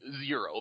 zero